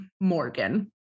Morgan